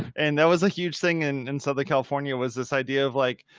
and that was a huge thing in southern california was this idea of like,